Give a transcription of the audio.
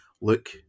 look